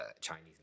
Chinese